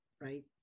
right